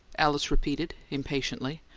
alice repeated, impatiently.